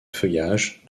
feuillages